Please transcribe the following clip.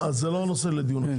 זה לא הנושא לדיון עכשיו.